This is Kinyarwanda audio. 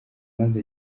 maze